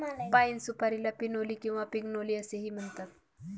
पाइन सुपारीला पिनोली किंवा पिग्नोली असेही म्हणतात